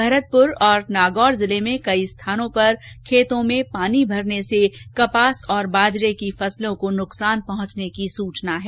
भरतपुर और नागौर जिले में कई स्थानों पर खेतों में पानी भरने से कपास और बाजरे की फसलों को नुकसान पहुंचाने की सूचना है